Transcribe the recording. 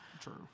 True